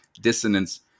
dissonance